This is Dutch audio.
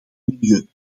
milieu